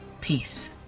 Peace